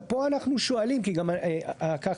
העירונית וגם הכפרית צמיחה מפוארת.